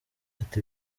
ati